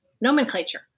nomenclature